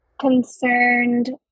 concerned